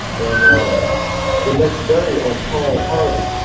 and um the next day on paul harvey,